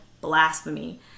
blasphemy